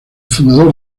fundador